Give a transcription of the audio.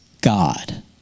God